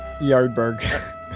Yardberg